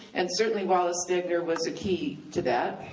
and certainly wallace stegner was a key to that.